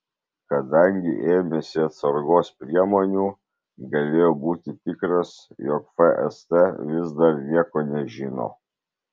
kadangi ėmėsi atsargos priemonių galėjo būti tikras jog fst vis dar nieko nežino